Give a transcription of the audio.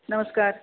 नमस्कार